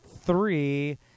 three